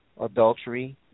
adultery